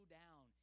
down